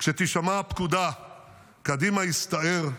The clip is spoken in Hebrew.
"כשתישמע פקודה 'קדימה, הסתער',